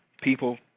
People